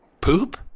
Poop